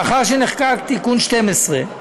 לאחר שנחקק תיקון 12,